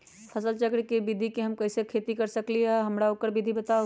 फसल चक्र के विधि से हम कैसे खेती कर सकलि ह हमरा ओकर विधि बताउ?